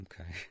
okay